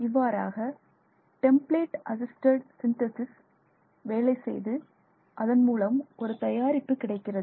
இவ்வாறாக template assisted synthesis வேலை செய்து அதன் மூலம் ஒரு தயாரிப்பு கிடைக்கிறது